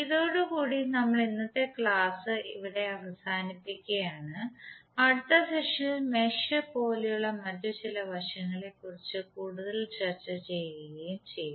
ഇതോടു കൂടി നമ്മൾ ഇന്നത്തെ ക്ലാസ് എവിടെ അവസാനിപ്പിക്കുക ആണ് അടുത്ത സെഷനിൽ മെഷ് പോലുള്ള മറ്റ് ചില വശങ്ങളെക്കുറിച്ച് കൂടുതൽ ചർച്ച ചെയ്യുകയും ചെയ്യും